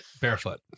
barefoot